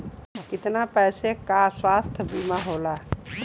कितना पैसे का स्वास्थ्य बीमा होला?